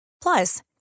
Plus